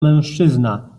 mężczyzna